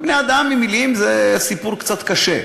בני-אדם ומילים זה סיפור קצת קשה.